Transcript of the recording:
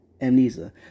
amnesia